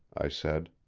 i said.